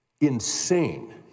Insane